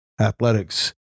athletics